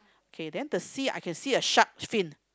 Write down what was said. okay then the sea I can see a shark fin